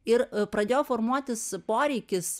ir pradėjo formuotis poreikis